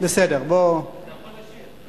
בסדר, בוא, אתה יכול לשיר.